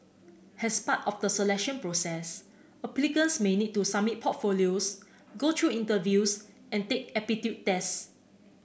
as part of the selection process applicants may need to submit portfolios go through interviews and take aptitude tests